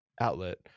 outlet